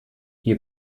ihr